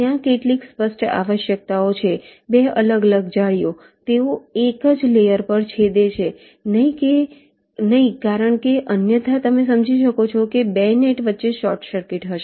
ત્યાં કેટલીક સ્પષ્ટ આવશ્યકતાઓ છે 2 અલગ અલગ જાળીઓ તેઓ એક જ લેયર પર છેદે નહીં કારણ કે અન્યથા તમે સમજી શકો છો કે 2 નેટ વચ્ચે શોર્ટ સર્કિટ હશે